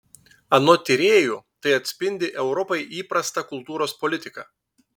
anot tyrėjų tai atspindi europai įprastą kultūros politiką